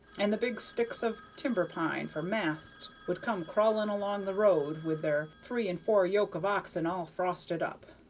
and the big sticks of timber-pine for masts would come crawling along the road with their three and four yoke of oxen all frosted up,